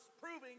proving